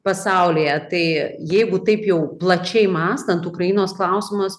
pasaulyje tai jeigu taip jau plačiai mąstant ukrainos klausimas